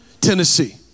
Tennessee